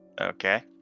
Okay